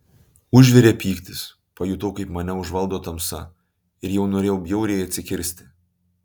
užvirė pyktis pajutau kaip mane užvaldo tamsa ir jau norėjau bjauriai atsikirsti